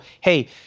hey